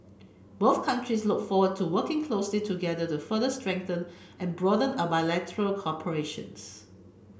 both countries look forward to working closely together to further strengthen and broaden our bilateral cooperations